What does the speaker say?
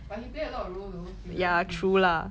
but he play a lot of role though he very cool